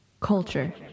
Culture